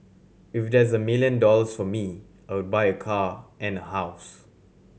if there's a million dollars for me I would buy a car and a house